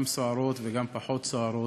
גם סוערות וגם פחות סוערות,